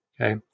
Okay